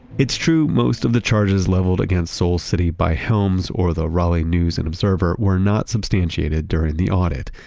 it's true, most of the charges leveled against soul city by helms or the raleigh news and observer were not substantiated during the audit,